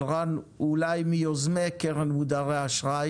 אבל רן הוא אולי מיוזמי קרן מודרי האשראי